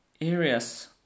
areas